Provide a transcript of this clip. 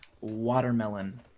Watermelon